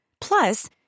Plus